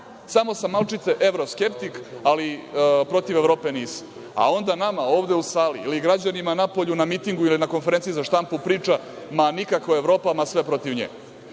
samo sam malčice evroskeptik, ali protiv Evrope nisam, a onda nama ovde u sali ili građanima napolju na mitingu ili na konferenciji za štampu priča – ma, nikakva Evropa, ma, sve protiv nje.